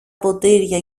ποτήρια